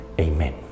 Amen